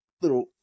little